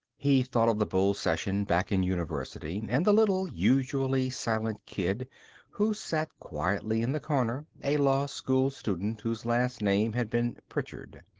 he thought of the bull session back in university and the little, usually silent kid who sat quietly in the corner, a law-school student whose last name had been pritchard.